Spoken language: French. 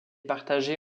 partagée